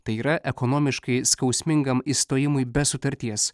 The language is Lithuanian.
tai yra ekonomiškai skausmingam išstojimui be sutarties